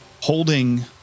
holding